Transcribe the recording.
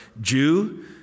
Jew